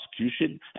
prosecution